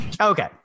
Okay